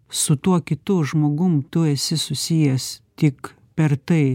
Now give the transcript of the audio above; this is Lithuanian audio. su tuo kitu žmogum tu esi susijęs tik per tai